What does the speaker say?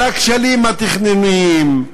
על הכשלים התכנוניים,